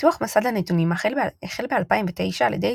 פיתוח מסד הנתונים החל ב-2009 על ידי